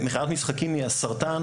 מכירת משחקים היא הסרטן